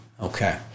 Okay